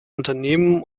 unternehmen